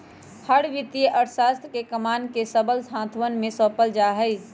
हर वित्तीय अर्थशास्त्र के कमान के सबल हाथवन में सौंपल जा हई